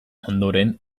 ondoren